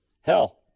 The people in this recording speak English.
Hell